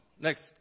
next